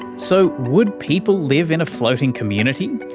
so, would people live in a floating community?